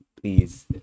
Please